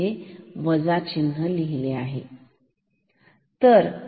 मी इथे वजा चिन्ह लिहिले पाहिजे